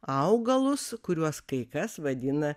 augalus kuriuos kai kas vadina